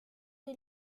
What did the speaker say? des